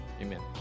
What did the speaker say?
Amen